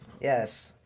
Yes